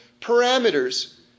parameters